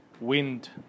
wind